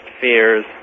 fears